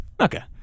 Okay